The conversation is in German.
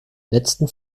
letzten